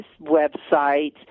websites